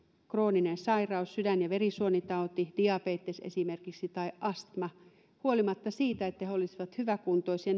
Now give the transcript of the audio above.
krooninen sairaus sydän ja verisuonitauti diabetes esimerkiksi tai astma huolimatta siitä että he he olisivat hyväkuntoisia